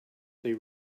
they